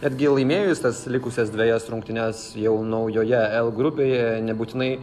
netgi laimėjus tas likusias dvejas rungtynes jau naujoje l grupėje nebūtinai